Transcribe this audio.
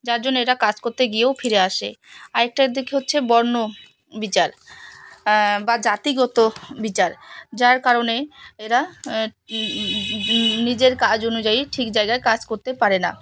যার জন্য এরা কাজ করতে গিয়েও ফিরে আসে আরেকটার দিকে হচ্ছে বর্ণ বিচার বা জাতিগত বিচার যার কারণে এরা নিজের কাজ অনুযায়ী ঠিক জায়গায় কাজ করতে পারে না